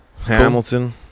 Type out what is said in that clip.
hamilton